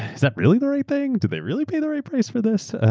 is that really the right thing, did they really pay the right price for this?